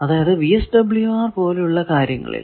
അതായതു VSWR പോലുള്ള കാര്യങ്ങളിൽ